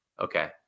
Okay